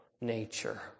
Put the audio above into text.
nature